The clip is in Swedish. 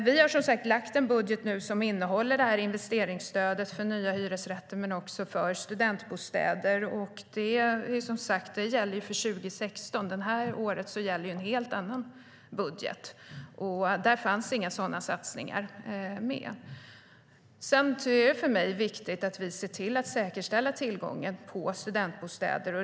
Vi har, som sagt, lagt fram en budget som innehåller investeringsstöd för nya hyresrätter och också för studentbostäder. Den gäller ju för 2016. Det här året gäller en helt annan budget. Där finns det inga sådana satsningar med. Det är för mig viktigt att vi säkerställer tillgången på studentbostäder.